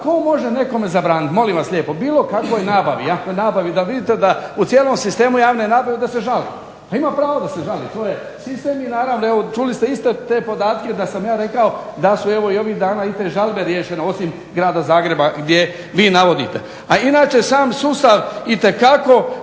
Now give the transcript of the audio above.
tko može nekome zabraniti. Molim vas lijepo, bilo kakvoj nabavi, …/Ne razumije se./… nabavi da vidite da u cijelom sistemu javne nabave da se žali. Pa ima pravo da se žali. To je sistem i naravno, čuli ste iste te podatke da sam ja rekao da su evo i ovih dana i te žalbe riješene, osim grada Zagreba gdje vi navodite. A inače sam sustav itekako